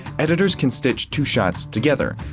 editors can stitch two shots together.